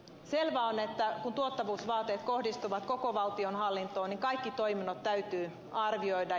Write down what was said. selvää on että kun tuottavuusvaateet kohdistuvat koko valtionhallintoon niin kaikki toiminnot täytyy arvioida